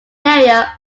area